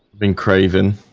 been craving